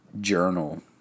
journal